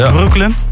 Brooklyn